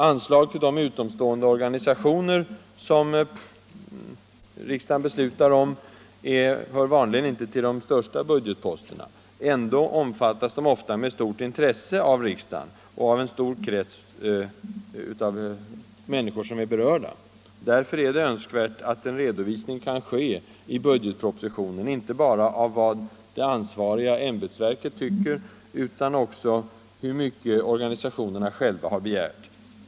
Anslag till utomstående organisationer som riksdagen beslutar om hör vanligen inte till de största budgetposterna. Ändå omfattas de ofta med stort intresse av riksdagen och av en stor krets människor som är berörda. Därför är det önskvärt att en redovisning kan ske i budgetpropositionen, inte bara av vad det ansvariga ämbetsverket tycker utan också av hur mycket organisationerna själva har begärt.